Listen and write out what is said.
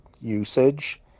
usage